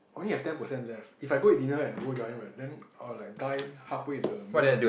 only have ten percent left if I go and dinner and go giant then I will like dying half way in the middle